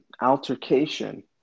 altercation